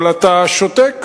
אבל אתה שותק,